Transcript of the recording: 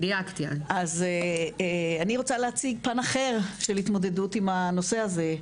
אז אני רוצה להציג פן אחר של התמודדות עם הנושא הזה,